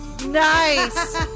Nice